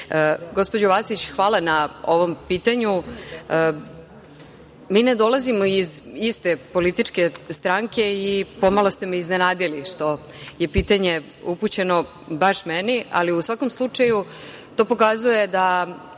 Vacić, hvala na ovom pitanju. Mi ne dolazimo iz iste političke stranke i pomalo ste me iznenadili što je pitanje upućeno baš meni, ali u svakom slučaju to pokazuje da